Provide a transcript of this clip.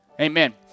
Amen